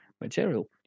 material